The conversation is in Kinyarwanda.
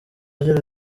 agira